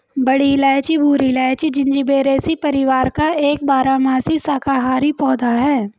बड़ी इलायची भूरी इलायची, जिंजिबेरेसी परिवार का एक बारहमासी शाकाहारी पौधा है